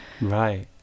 Right